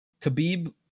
Khabib